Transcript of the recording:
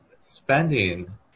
spending